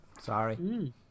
sorry